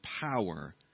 power